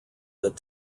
that